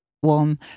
one